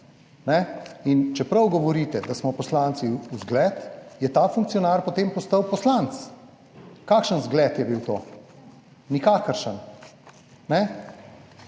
čeprav govorite, da smo poslanci v zgled, je ta funkcionar potem postal poslanec. Kakšen zgled je bil to? Nikakršen,